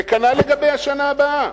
וכנ"ל לגבי השנה הבאה.